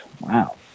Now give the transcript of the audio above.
Wow